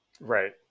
Right